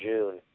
June